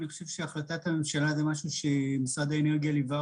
אני חושב שהחלטת הממשלה זה משהו שמשרד האנרגיה ליווה